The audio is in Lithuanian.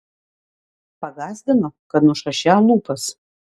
pagąsdino kad nušašią lūpas